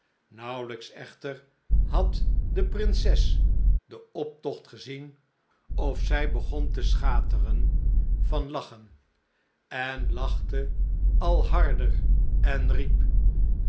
naauwelijks evenwel had de prinses den optogt gezien of zij begon te schateren van lagchen en lachte al harder en riep